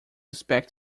expect